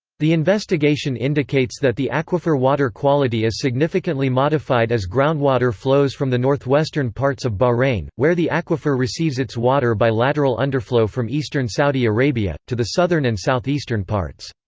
the investigation indicates that the aquifer water quality is significantly modified as groundwater flows from the northwestern parts of bahrain, where the aquifer receives its water by lateral underflow from eastern saudi arabia, to the southern and southeastern parts.